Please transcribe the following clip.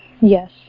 Yes